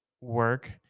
work